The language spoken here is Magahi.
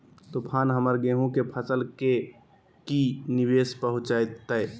तूफान हमर गेंहू के फसल के की निवेस पहुचैताय?